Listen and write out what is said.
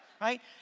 right